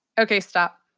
ok, stop.